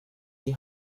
die